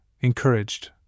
encouraged